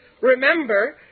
remember